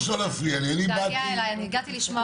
הגעתי היום